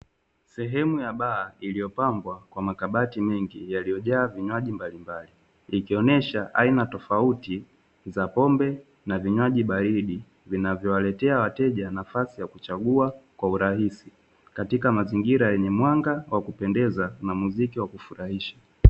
Sehemu ya baa iliyopangwa kwa makabati mengi yaliyojaa vinywaji mbalimbali, ikionesha aina tofauti za pombe na vinywaji baridi vinavyowaletea wateja nafasi ya kuchagua kwa urahisi, katika mazingira yenye mwanga kwa kupendeza na muziki wa kufurahisha.